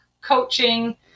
coaching